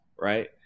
right